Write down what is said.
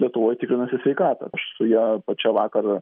lietuvoj tikrinasi sveikatą aš su ja pačia vakar